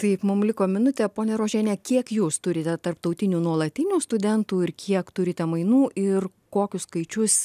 taip mum liko minutė ponia rožiene kiek jūs turite tarptautinių nuolatinių studentų ir kiek turite mainų ir kokius skaičius